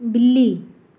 बिल्ली